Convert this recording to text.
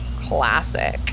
classic